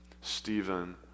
Stephen